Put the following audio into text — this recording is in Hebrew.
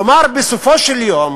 כלומר, בסופו של יום